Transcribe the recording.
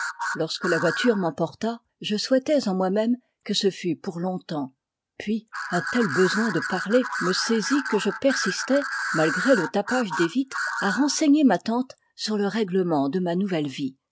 lorsque la voiture m'emporta je souhaitais en moi-même que ce fût peur longtemps puis un tel besoin de parler me saisit que je persistais malgré le tapage des vitres à renseigner ma tante sur le règlement de ma nouvelle vie